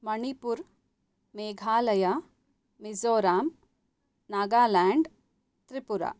Manipur Meghalaya Mizoram Nagaland Tripura